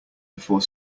before